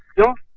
your